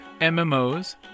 MMOs